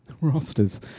Rosters